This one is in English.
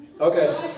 Okay